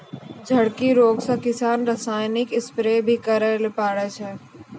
झड़की रोग से किसान रासायनिक स्प्रेय भी करै ले पड़ै छै